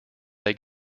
they